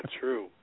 true